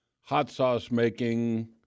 hot-sauce-making